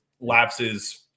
lapses